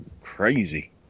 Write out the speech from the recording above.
crazy